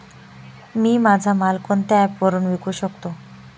मी माझा माल कोणत्या ॲप वरुन विकू शकतो?